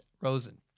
Rosen